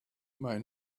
may